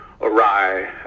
awry